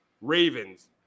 Ravens